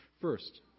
First